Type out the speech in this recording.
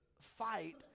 fight